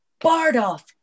Bardolph